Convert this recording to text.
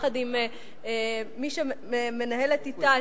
יחד עם מי שמנהלת אתה,